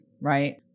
right